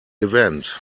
event